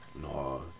No